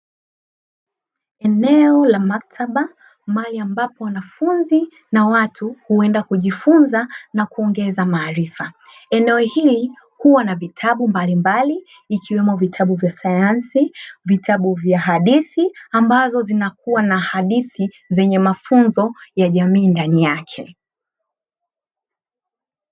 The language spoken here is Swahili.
Eneo la maktaba mahali ambapo wanafunzi na watu huenda kujifunza na kuongeza maarifa, eneo hili huwa na vitabu mbalimbali vikiwemo vitabu vya sayansi, vitabu vya hadithi ambazo zinakuwa na hadithi zenye mafunzo ya jamii ndani yake.